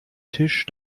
tisch